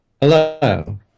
Hello